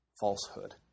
falsehood